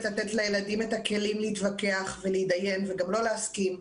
לתת לילדים את הכלים להתווכח ולהתדיין וגם לא להסכים,